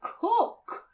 cook